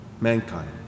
mankind